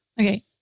Okay